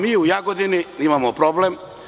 Mi u Jagodini imamo problem.